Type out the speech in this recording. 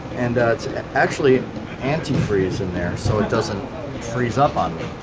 and it's and actually antifreeze in there so it doesn't freeze up on